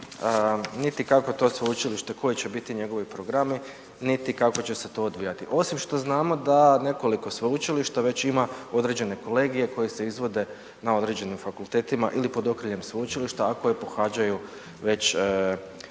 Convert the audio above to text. niti kako to sveučilište, koji će biti njegovi programi, niti kako će se to odvijati, osim što znamo da nekoliko sveučilišta već ima određene kolegije koji se izvode na određenim fakultetima ili pod okriljem sveučilišta ako je pohađaju već